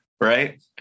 right